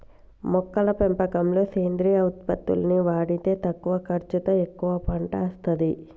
మొక్కల పెంపకంలో సేంద్రియ ఉత్పత్తుల్ని వాడితే తక్కువ ఖర్చుతో ఎక్కువ పంట అస్తది